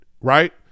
right